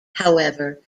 however